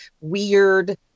weird